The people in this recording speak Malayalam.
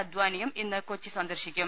അദ്ധാനിയും ഇന്ന് കൊച്ചി സന്ദർശിക്കും